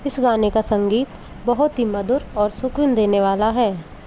इस गाने का संगीत बहुत ही मधुर और सुकून देने वाला है